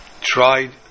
tried